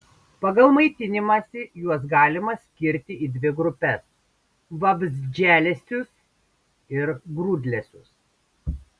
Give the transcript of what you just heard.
pagal maitinimąsi juos galima skirti į dvi grupes vabzdžialesius ir grūdlesius